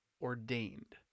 ordained